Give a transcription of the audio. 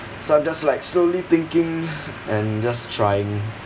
so I'm just like slowly thinking and just trying